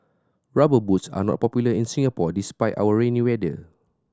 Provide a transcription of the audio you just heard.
Rubber Boots are not popular in Singapore despite our rainy weather